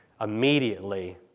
immediately